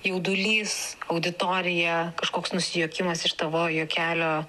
jaudulys auditorija kažkoks nusijuokimas iš tavo juokelio